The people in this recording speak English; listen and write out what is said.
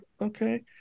okay